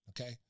Okay